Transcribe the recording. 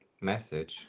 message